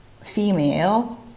female